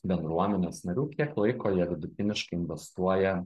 bendruomenės narių kiek laiko jie vidutiniškai investuoja